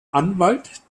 anwalt